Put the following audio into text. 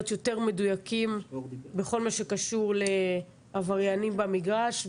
יותר מדויקים בכל מה שקשור לעבריינים במגרש,